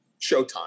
showtime